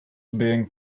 being